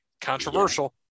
Controversial